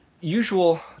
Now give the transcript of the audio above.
usual